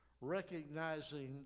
recognizing